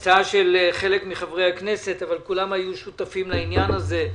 זו הצעה של חלק מחברי הכנסת אבל כולם היו שותפים לעניין הזה.